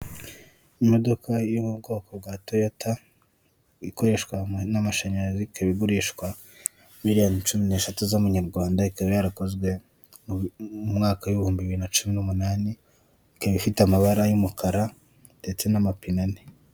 Ahantu ku muhanda hashinze imitaka ibiri umwe w'umuhondo n'undi w'umutuku gusa uw'umuhonda uragaragaramo ibirango bya emutiyeni ndetse n'umuntu wicaye munsi yawo wambaye ijiri ya emutiyeni ndetse n'ishati ari guhereza umuntu serivise usa n'uwamugannye uri kumwaka serivise arimo aramuha telefone ngendanwa. Hakurya yaho haragaragara abandi bantu barimo baraganira mbese bari munsi y'umutaka w'umutuku.